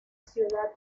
ciudad